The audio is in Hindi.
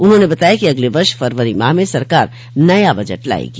उन्होंने बताया कि अगले वर्ष फरवरी माह में सरकार नया बजट लायेगी